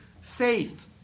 Faith